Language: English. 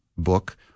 book